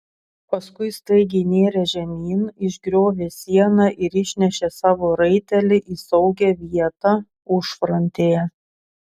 paskui staigiai nėrė žemyn išgriovė sieną ir išnešė savo raitelį į saugią vietą užfrontėje